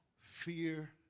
Fear